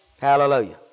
Hallelujah